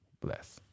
Bless